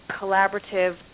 collaborative